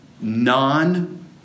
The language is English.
non